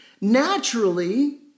naturally